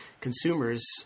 consumers